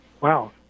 Wow